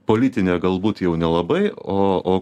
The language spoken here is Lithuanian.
politine galbūt jau nelabai o o